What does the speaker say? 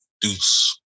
Deuce